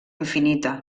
infinita